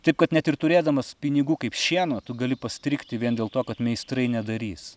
taip kad net ir turėdamas pinigų kaip šieno tu gali pastrigti vien dėl to kad meistrai nedarys